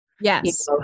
Yes